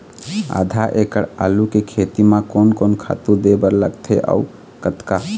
आधा एकड़ आलू के खेती म कोन कोन खातू दे बर लगथे अऊ कतका?